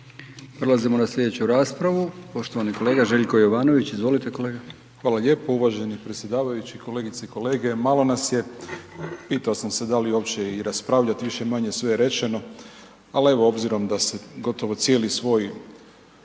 Prelazimo na sljedeću raspravu, poštovani kolega Željko Jovanović, izvolite kolega. **Jovanović, Željko (SDP)** Hvala lijepo uvaženi predsjedavajući, kolegice i kolege, malo nas je, pitao sam se da li uopće i raspravljati, više-manje sve je rečeno, ali evo, obzirom da se evo gotovo cijeli svoj